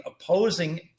opposing